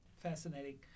Fascinating